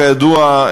כידוע,